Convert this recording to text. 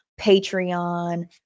Patreon